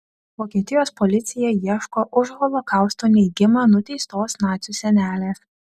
vokietijos policija ieško už holokausto neigimą nuteistos nacių senelės